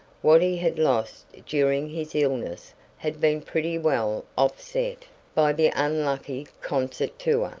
what he had lost during his illness had been pretty well offset by the unlucky concert tour.